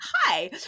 hi